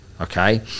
okay